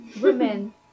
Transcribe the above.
women